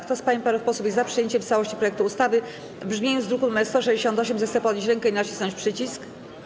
Kto z pań i panów posłów jest za przyjęciem w całości projektu ustawy w brzmieniu z druku nr 168, zechce podnieść rękę i nacisnąć przycisk.